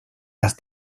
las